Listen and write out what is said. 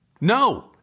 No